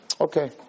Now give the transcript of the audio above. Okay